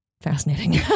fascinating